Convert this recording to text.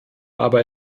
aber